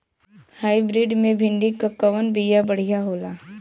Hybrid मे भिंडी क कवन बिया बढ़ियां होला?